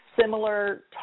similar